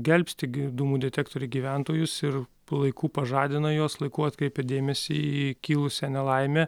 gelbsti gi dūmų detektoriai gyventojus ir laiku pažadina juos laiku atkreipia dėmesį į kilusią nelaimę